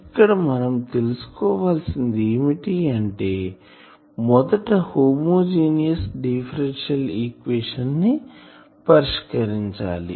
ఇక్కడ మనం తెలుసుకోవాల్సింది ఏమిటంటే మొదట హోమోజీనియస్ డిఫరెన్షియల్ ఈక్వేషన్ ని పరిష్కరించాలి